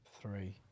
three